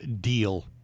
deal